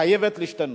חייבת להשתנות.